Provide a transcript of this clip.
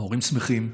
הורים שמחים.